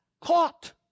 caught